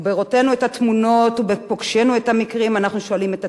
ובראותנו את התמונות ובפוגשנו את המקרים אנחנו שואלים את עצמנו,